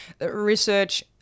research